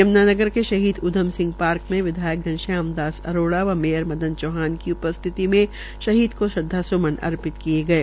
यम्नानगर के शहीद उद्यम सिंह पार्क में विधायक घनश्याम दास अरोड़ा व मेयर मदन चौहान की उपस्थिति में शहीद को श्रदवास्मन अर्पित किये गये